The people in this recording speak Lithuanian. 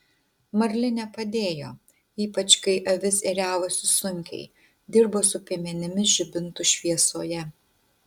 marlinė padėjo ypač kai avis ėriavosi sunkiai dirbo su piemenimis žibintų šviesoje